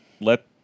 let